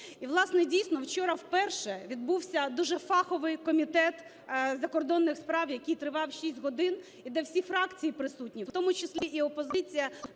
І, власне, дійсно, вчора вперше відбувся дуже фаховий Комітет закордонних справ, який тривав 6 годин, і де всі фракції присутні, в тому числі і опозиція,